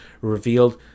revealed